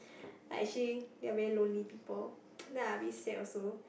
like actually they are very lonely people then I a bit sad also